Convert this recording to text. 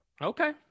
Okay